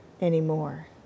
anymore